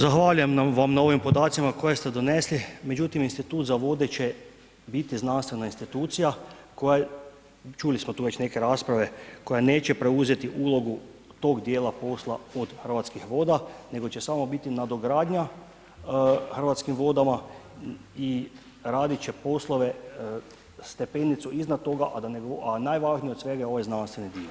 Zahvaljujem vam na ovim podacima koje ste donesli, međutim institut za vode će biti znanstvena institucija koja, čuli smo tu već neke rasprave, koji neće preuzeti ulogu tog djela posla od Hrvatskih voda nego će samo biti nadogradnja Hrvatskim vodama i radit će poslove stepenicu iznad toga a najvažnije od svega je ovaj znanstveni dio, hvala.